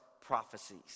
prophecies